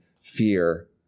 fear